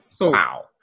Wow